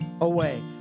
away